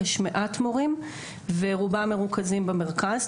יש מעט מורים ורובם מרוכזים במרכז.